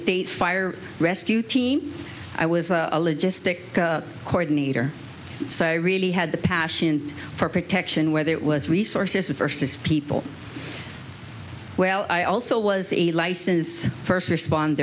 states fire rescue team i was a logistics coordinator so i really had the passion for protection whether it was resources versus people well i also was a license first respond